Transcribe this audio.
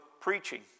preaching